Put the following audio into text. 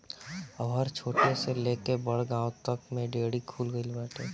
अब हर छोट से लेके बड़ गांव तक में डेयरी खुल गईल बाटे